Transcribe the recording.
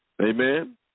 Amen